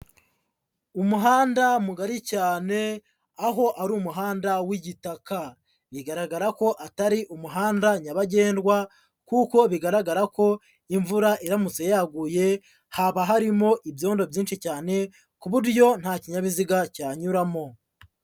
Umuhanda mugari cyane, aho ari umuhanda w'igitaka, bigaragara ko atari umuhanda nyabagendwa, kuko bigaragara ko imvura iramutse yaguye haba harimo ibyondo byinshi cyane, ku buryo nta kinyabiziga cyanyuramo.